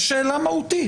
יש שאלה מהותית,